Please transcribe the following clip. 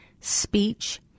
speech